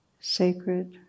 sacred